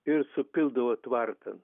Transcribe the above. ir supildavo tvartan